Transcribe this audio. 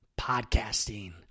podcasting